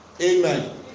Amen